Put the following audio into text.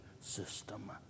system